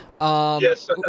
Yes